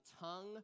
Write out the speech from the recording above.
tongue